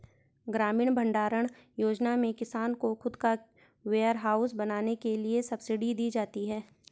ग्रामीण भण्डारण योजना में किसान को खुद का वेयरहाउस बनाने के लिए सब्सिडी दी जाती है